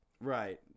right